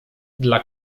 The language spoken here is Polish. dla